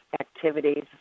activities